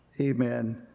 amen